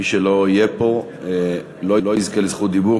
מי שלא יהיה פה לא יזכה לזכות דיבור,